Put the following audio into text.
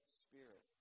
spirit